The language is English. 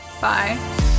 bye